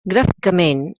gràficament